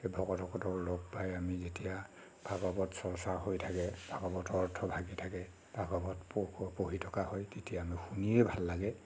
সেই ভকতসকলক লগ পাই আমি যেতিয়া ভাগৱত চৰ্চা হৈ থাকে ভাগৱতৰ অৰ্থ ভাগি থাকে ভাগৱত পঢ় পঢ়ি থকা হয় তেতিয়া শুনিয়েই ভাল লাগে